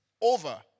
over